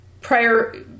prior